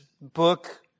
book